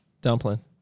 Dumpling